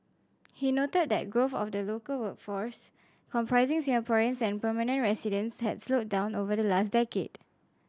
he noted that growth of the local workforce comprising Singaporeans and permanent residents had slowed down over the last decade